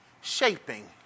shaping